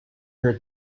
her